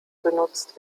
benutzt